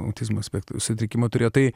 autizmo spektro sutrikimą turėjo tai